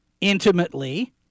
intimately